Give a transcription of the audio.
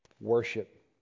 worship